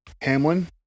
hamlin